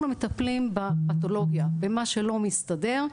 אנחנו מטפלים בפתולוגיה, במה שלא מסתדר,